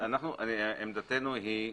עמדתנו היא,